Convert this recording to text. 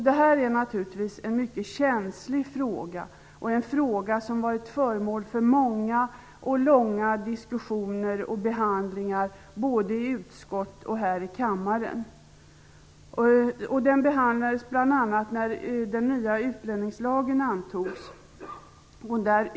Det är naturligtvis en mycket känslig fråga, en fråga som varit föremål för många och långa diskussioner och behandlingar både i utskott och här i kammaren. Frågan behandlades bl.a.